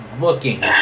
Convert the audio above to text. looking